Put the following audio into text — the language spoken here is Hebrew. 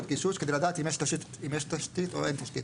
גישוש כדי לדעת אם יש תשתית או אין תשתית.